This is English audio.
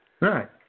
right